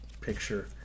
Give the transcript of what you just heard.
picture